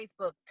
Facebook